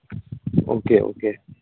okay okay